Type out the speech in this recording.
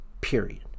period